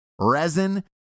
resin